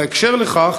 3. בהקשר לכך,